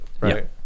right